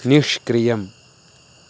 निष्क्रियम्